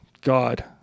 God